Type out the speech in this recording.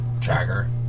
Tracker